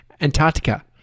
Antarctica